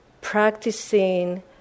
practicing